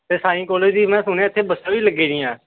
ਅਤੇ ਸਾਈ ਕਾਲਜ ਦੀ ਮੈਂ ਸੁਣਿਆ ਇੱਥੇ ਬੱਸਾਂ ਵੀ ਲੱਗੀ ਦੀਆਂ